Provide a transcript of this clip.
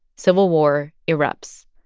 civil war erupts.